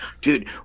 Dude